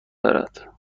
دارد